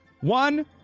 One